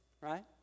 Right